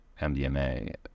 MDMA